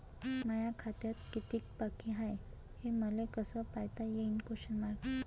माया खात्यात कितीक बाकी हाय, हे मले कस पायता येईन?